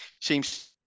seems